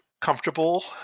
comfortable